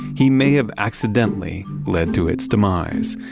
he may have accidentally led to its demise,